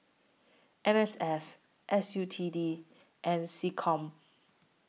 M M S S U T D and Seccom